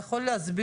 אתה יכול להסביר?